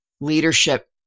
leadership